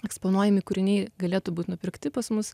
eksponuojami kūriniai galėtų būt nupirkti pas mus